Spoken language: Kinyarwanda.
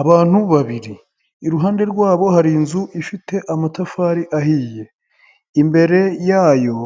Abantu babiri iruhande rwabo hari inzu ifite amatafari ahiye, imbere yayo